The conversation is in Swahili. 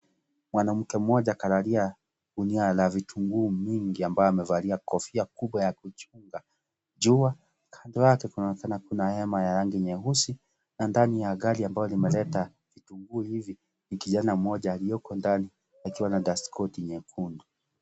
Mwanamke mmoja kalalia gunia la vitu nguu mingi ambaye amevalia kofia kubwa ya kumchunga jua. Kando yake kunaonekana kuna hema ya rangi nyeusi, na nandani ya gari ambalo limeleta vitunguu hivi, ni kijana mmoja alioko ndani akiwa na dastikoti nyekundu.